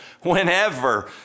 whenever